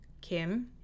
Kim